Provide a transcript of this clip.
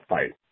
Fight